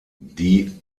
die